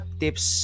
tips